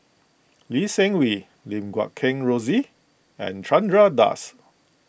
Lee Seng Wee Lim Guat Kheng Rosie and Chandra Das